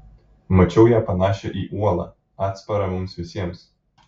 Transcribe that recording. mačiau ją panašią į uolą atsparą mums visiems